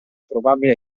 probabile